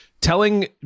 telling